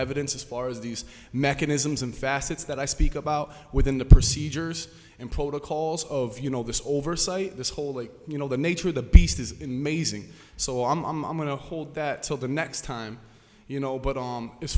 evidence as far as these mechanisms and facets that i speak about within the procedures and protocols of you know this oversight this whole that you know the nature of the beast is in mazing so on going to hold that till the next time you know but on as